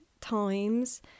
times